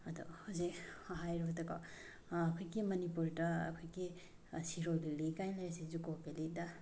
ꯑꯗꯨ ꯍꯧꯖꯤꯛ ꯍꯥꯏꯔꯕꯗꯀꯣ ꯑꯩꯈꯣꯏꯒꯤ ꯃꯅꯤꯄꯨꯔꯗ ꯑꯩꯈꯣꯏꯒꯤ ꯁꯤꯔꯣꯏ ꯂꯤꯂꯤ ꯀꯥꯏꯅ ꯂꯩꯔꯤꯁꯦ ꯖꯨꯀꯣ ꯕꯦꯜꯂꯤꯗ